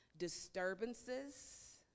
Disturbances